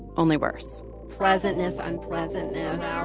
only worse pleasantness, unpleasantness,